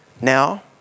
Now